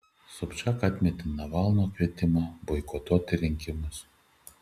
sobčiak atmetė navalno kvietimą boikotuoti rinkimus